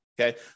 Okay